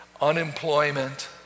unemployment